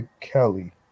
kelly